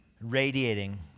radiating